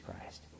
Christ